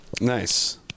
Nice